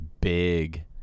Big